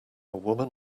woman